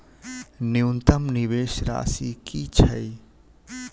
न्यूनतम निवेश राशि की छई?